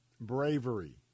bravery